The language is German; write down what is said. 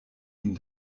ihn